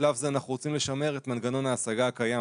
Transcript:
ובשלב זה אנחנו רוצים לשמר את מנגנון ההשגה הקיים,